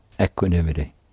equanimity